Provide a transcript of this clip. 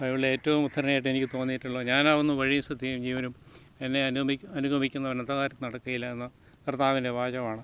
ബൈബിളിൽ ഏറ്റവും ഉദ്ധരണിയായിട്ട് എനിക്ക് തോന്നിയിട്ടുള്ളത് ഞാനാകുന്നു വഴിയും സത്യവും ജീവനും എന്നെ അനുഗമിക്കുന്നവർ അനാഥനായിട്ട് നടക്കുകയില്ല എന്ന കർത്താവിൻ്റെ വാചകമാണ്